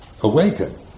awaken